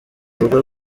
rugo